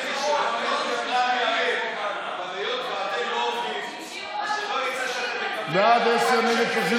קבוצת סיעת ש"ס וקבוצת סיעת יהדות התורה לפני סעיף 1 לא